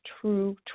true